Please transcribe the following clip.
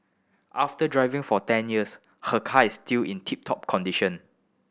after driving for ten years her car is still in tip top condition